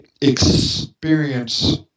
experience